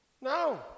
No